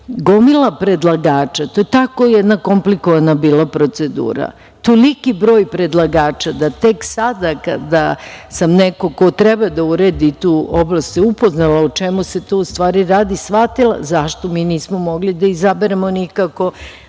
gomila predlagača, to je tako bila jedna komplikovana procedura, toliki broj predlagača da tek sada kada sam neko ko treba da uredi oblast se upoznala o čemu se tu u stvari radi shvatila sam zašto mi nismo mogli da izaberemo nikako